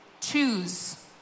choose